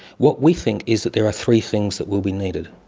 what we think is that there are three things that will be needed.